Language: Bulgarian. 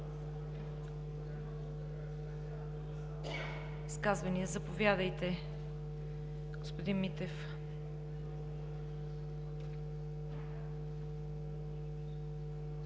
изказвания. Заповядайте, господин Митев.